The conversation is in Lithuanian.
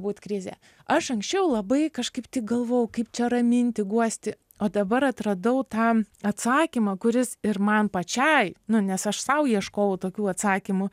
būt krizė aš anksčiau labai kažkaip tai galvojau kaip čia raminti guosti o dabar atradau tą atsakymą kuris ir man pačiai nu nes aš sau ieškojau tokių atsakymų